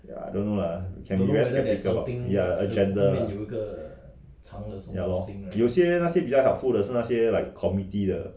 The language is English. ya I don't know lah can be two different agenda lah ya lor 有些那些比较 helpful 的是那些 committee 的